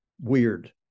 weird